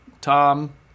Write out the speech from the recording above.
Tom